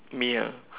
me ah